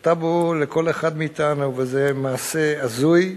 הוא טבו לכל אחד מאתנו, וזה מעשה הזוי.